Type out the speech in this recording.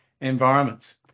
environments